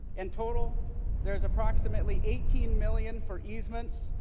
in total there's approximately eighty million for easements.